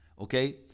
okay